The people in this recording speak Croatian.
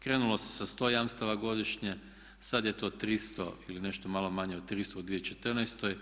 Krenulo se sa 100 jamstava godišnje, sad je to 300 ili nešto malo manje od 300 u 2014.